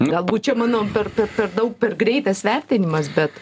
galbūt čia mano per per daug per greitas vertinimas bet